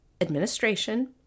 Administration